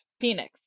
Phoenix